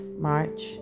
March